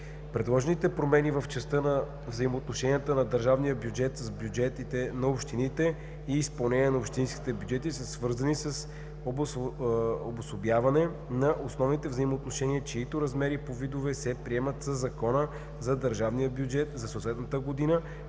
Предложените промени в частта за взаимоотношенията на държавния бюджет с бюджетите на общините и изпълнение на общинските бюджети са свързани с обособяване на основните взаимоотношения, чиито размери по видове се приемат със Закона за държавния бюджет за съответната година,